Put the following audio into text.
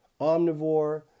omnivore